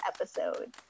episode